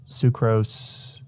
sucrose